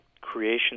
creation